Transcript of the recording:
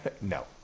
No